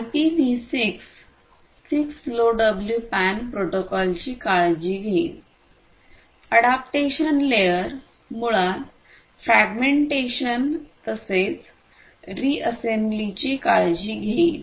IPV 6 6 LoWPAN प्रोटोकॉलची काळजी घेईल अॅडॉप्टेशन लेयर मुळात फ्रेगमेंटेशन तसेच रिअसेंबलीची काळजी घेईल